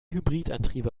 hybridantriebe